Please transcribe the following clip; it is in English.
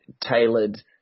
tailored